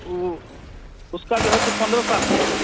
वह उसका जो है सो पंद्रह साल का है सर